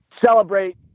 celebrate